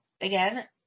Again